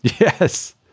Yes